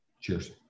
Cheers